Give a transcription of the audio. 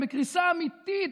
הם בקריסה אמיתית,